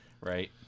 Right